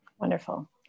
Wonderful